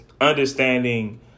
understanding